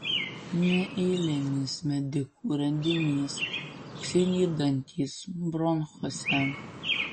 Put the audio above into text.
neeilinis medikų radinys auksiniai dantys bronchuose